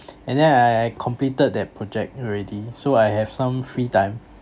and then I I completed that project already so I have some free time